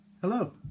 Hello